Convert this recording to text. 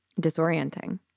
disorienting